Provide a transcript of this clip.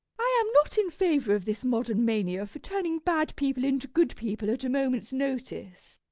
i am not in favour of this modern mania for turning bad people into good people at a moment's notice.